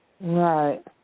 Right